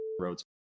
roads